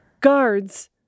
guards